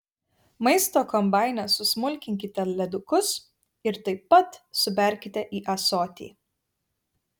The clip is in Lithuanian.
maisto kombaine susmulkinkite ledukus ir taip pat suberkite į ąsotį